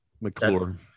McClure